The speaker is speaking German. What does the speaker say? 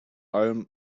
allem